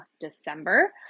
December